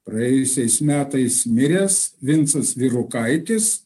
praėjusiais metais miręs vincas vyrukaitis